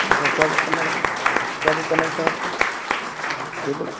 अच्छा क्या बुक करना सर क्या बुक करना है सर आपको टेबल